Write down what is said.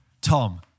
Tom